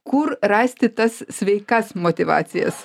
kur rasti tas sveikas motyvacijas